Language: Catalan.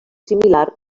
similar